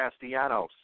Castellanos